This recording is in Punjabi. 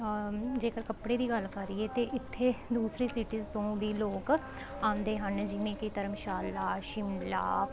ਜੇਕਰ ਕੱਪੜੇ ਦੀ ਗੱਲ ਕਰੀਏ ਅਤੇ ਇੱਥੇ ਦੂਸਰੀ ਸੀਟੀਜ ਤੋਂ ਵੀ ਲੋਕ ਆਉਂਦੇ ਹਨ ਜਿਵੇਂ ਕਿ ਧਰਮਸ਼ਾਲਾ ਸ਼ਿਮਲਾ